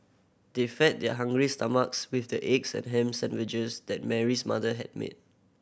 they fed their hungry stomachs with the eggs and ham sandwiches that Mary's mother had made